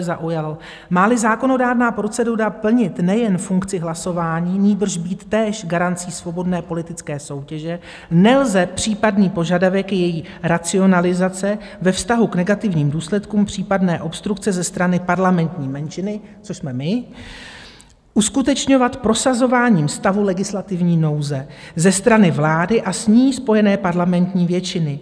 Máli zákonodárná procedura plnit nejen funkci hlasování, nýbrž být též garancí svobodné politické soutěže, nelze případný požadavek její racionalizace ve vztahu k negativním důsledkům případné obstrukce ze strany parlamentní menšiny což jsme my uskutečňovat prosazováním stavu legislativní nouze ze strany vlády a s ní spojené parlamentní většiny.